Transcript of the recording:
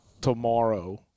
tomorrow –